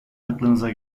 aklınıza